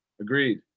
Agreed